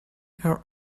her